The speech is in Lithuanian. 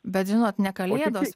bet žinot ne kalėdos